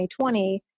2020